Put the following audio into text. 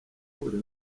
uvura